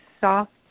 soft